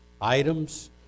items